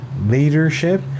Leadership